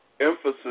emphasis